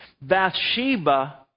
Bathsheba